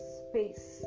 space